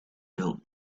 built